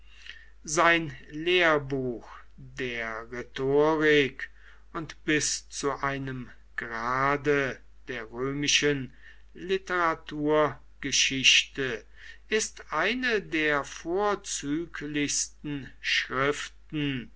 sein lehrbuch der rhetorik und bis zu einem grade der römischen literaturgeschichte ist eine der vorzüglichsten schriften